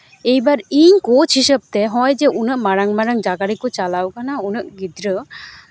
ᱮᱭᱵᱟᱨ ᱤᱧ ᱠᱳᱪ ᱦᱤᱥᱟᱹᱵ ᱛᱮ ᱦᱚᱜᱼᱚᱸᱭ ᱡᱮ ᱩᱱᱟᱹᱜ ᱢᱟᱨᱟᱝ ᱢᱟᱨᱟᱝ ᱡᱟᱭᱜᱟ ᱨᱮᱠᱚ ᱪᱟᱞᱟᱣ ᱠᱟᱱᱟ ᱩᱱᱟᱹᱜ ᱜᱤᱫᱽᱨᱟᱹ